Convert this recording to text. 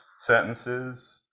sentences